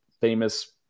famous